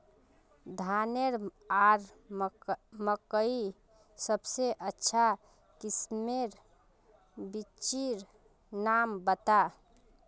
धानेर आर मकई सबसे अच्छा किस्मेर बिच्चिर नाम बता?